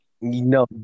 No